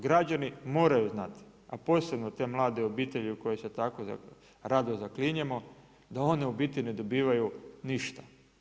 Građani moraju znati, a posebno te mlade obitelji u koje se tako rado zaklinjemo da one u biti ne dobivaju ništa.